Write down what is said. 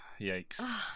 yikes